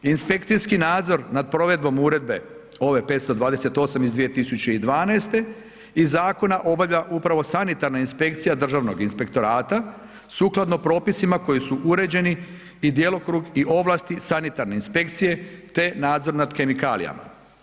Inspekcijski nadzor nad provedbom uredbe ove 58 iz 2012. iz zakona obavlja upravo sanitarna inspekcija Državnog inspektorata sukladno propisima koji su uređeni i djelokrug i ovlasti sanitarne inspekcije te nadzor nad kemikalijama.